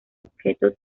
objeto